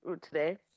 Today